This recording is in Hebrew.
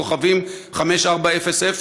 5400*?